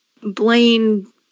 Blaine